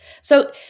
So-